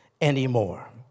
anymore